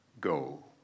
go